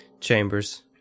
chambers